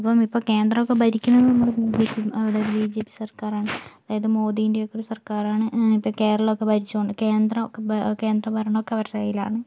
അപ്പം ഇപ്പോൾ കേന്ദ്രം ഒക്കെ ഭരിക്കുന്നതെന്ന് പറഞ്ഞാൽ ബി ജെ പി സർക്കാരാണ് അതായത് മോദിൻ്റെ ഒക്കെ ഒരു സർക്കാരാണ് ഇപ്പോൾ കേരളം ഒക്കെ ഭരിച്ച് കൊണ്ട് കേന്ദ്രം ഒക്കെ കേന്ദ്ര ഭരണം ഒക്കെ അവരുടെ കയ്യിലാണ്